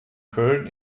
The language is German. köln